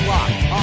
Locked